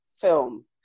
film